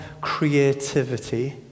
creativity